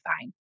fine